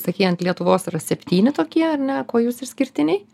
sakei ant lietuvos yra septyni tokie ar ne kuo jūs išskirtiniai